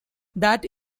that